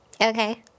Okay